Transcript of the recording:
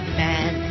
man